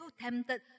tempted